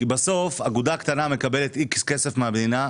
בסוף אגודה קטנה מקבלת איקס כסף מהמדינה,